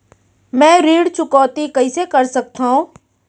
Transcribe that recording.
मैं ऋण चुकौती कइसे कर सकथव?